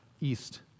east